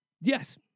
Yes